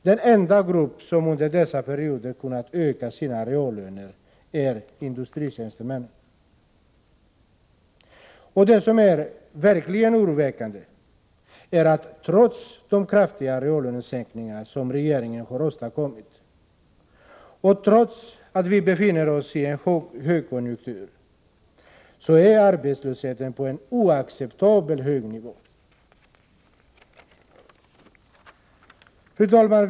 Den enda grupp som under dessa perioder kunnat öka S 5 pe Onsdagen den sina reallöner är industritjänstemännen. 5 juni 1985 Det som verkligen är oroväckande är att trots de kraftiga reallönesänkningar som regeringen har åstadkommit och trots att vi befinner oss i en Sysselsättningsskahögkonjunktur ligger arbetslösheten på en oacceptabelt hög nivå. pande åtgärder Fru talman!